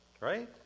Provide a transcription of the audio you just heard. Right